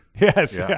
Yes